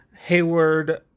Hayward